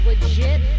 Legit